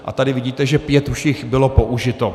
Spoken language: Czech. A tady vidíte, že pět už jich bylo použito.